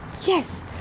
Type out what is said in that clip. Yes